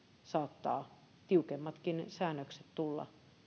saattavat tiukemmatkin säännökset tulla